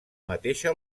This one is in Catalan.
mateixa